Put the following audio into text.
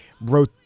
wrote